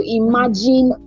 imagine